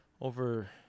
Over